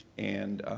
and